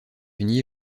unis